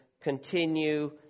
continue